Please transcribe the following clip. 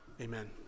amen